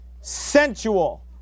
sensual